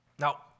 Now